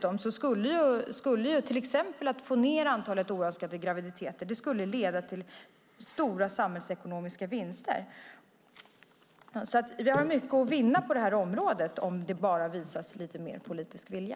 Om man till exempel skulle få ned antalet oönskade graviditeter skulle det leda till stora samhällsekonomiska vinster. Vi har alltså mycket att vinna på det här området om det bara visas lite mer politisk vilja.